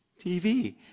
TV